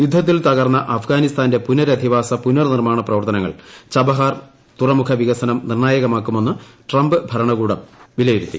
യുദ്ധത്തിൽ തകർന്ന അഫ്ഗാനിസ്ഥാന്റെ പുനരധിവാസ പുനർ നിർമ്മാണ പ്രവർത്തനങ്ങൾ ഛബഹാർ തുറമുഖ വികസനം നിർണ്ണായകമാക്കുമെന്ന് ട്രംപ് ഭരണകൂടം വിലയിരുത്തി